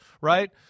right